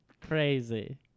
Crazy